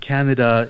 Canada